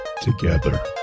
together